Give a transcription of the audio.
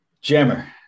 jammer